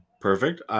Perfect